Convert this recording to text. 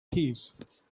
thieves